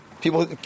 People